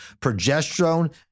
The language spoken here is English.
Progesterone